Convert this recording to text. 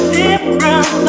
different